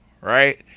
right